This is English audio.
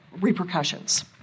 repercussions